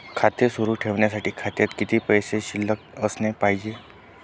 खाते सुरु ठेवण्यासाठी खात्यात किती पैसे शिल्लक असले पाहिजे?